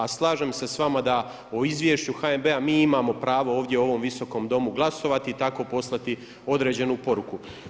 A slažem se s vama da o izvješću HNB-a mi imamo pravo ovdje u ovom Visokom domu glasovati i tako poslati određenu poruku.